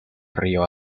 río